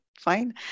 fine